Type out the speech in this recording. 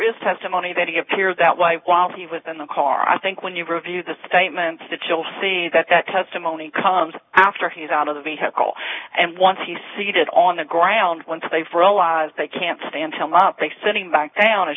is testimony that he appears that way while he was in the car i think when you review the statements to chill see that that testimony comes after he's out of the vehicle and once he seated on the ground once they've realized they can't stand him up think sitting back down a